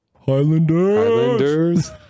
Highlanders